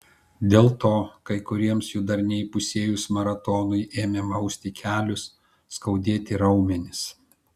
dėl to kai kuriems jų dar neįpusėjus maratonui ėmė mausti kelius skaudėti raumenis